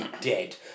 dead